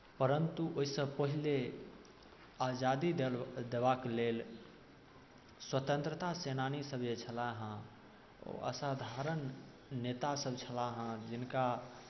परन्तु ओहिसँ पहिने आजादी देल देबाक लेल स्वतन्त्रता सेनानीसभ जे छलाह हेँ ओ असाधारण नेतासभ छलाह हेँ जिनका